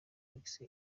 alex